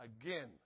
Again